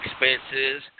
expenses